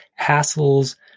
hassles